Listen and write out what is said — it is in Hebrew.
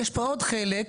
יש פה עוד חלק.